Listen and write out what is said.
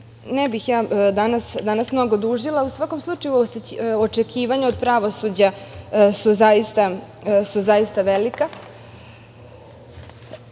bih danas, mnogo dužila, u svakom slučaju očekivanja od pravosuđa su zaista velika,